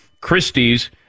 Christie's